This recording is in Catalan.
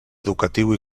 educatiu